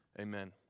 Amen